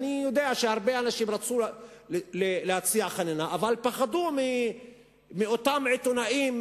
אני יודע שהרבה אנשים רצו להציע חנינה אבל פחדו מאותם עיתונאים,